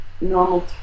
normal